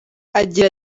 agira